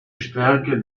stärke